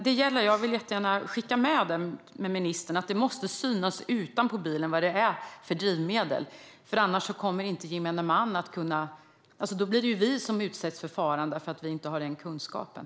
Jag vill gärna skicka med till ministern att det måste synas utanpå bilen vad den har för drivmedel. Annars blir det vi, gemene man, som utsätts för faran för att vi inte har den kunskapen.